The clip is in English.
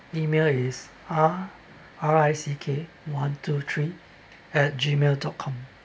email is R R I C K one two three at gmail dot com